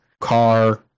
car